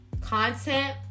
content